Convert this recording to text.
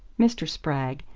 mr. spragg,